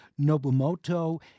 Nobumoto